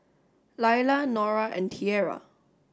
Laila Norah and Tierra